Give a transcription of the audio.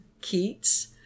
Keats